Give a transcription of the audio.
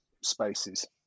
spaces